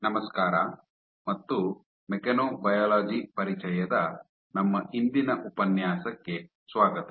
ನಮಸ್ಕಾರ ಮತ್ತು ಮೆಕ್ಯಾನೊಬಯಾಲಜಿ ಪರಿಚಯದ ನಮ್ಮ ಇಂದಿನ ಉಪನ್ಯಾಸಕ್ಕೆ ಸ್ವಾಗತ